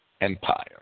Empire